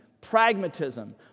Pragmatism